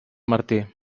martí